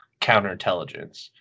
counterintelligence